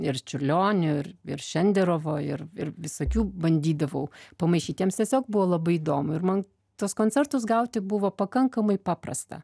ir čiurlionių ir šenderovo ir ir visokių bandydavau pamaišyt jiems tiesiog buvo labai įdomu ir man tuos koncertus gauti buvo pakankamai paprasta